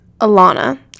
Alana